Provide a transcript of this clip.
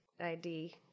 ID